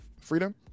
Freedom